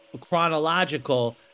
chronological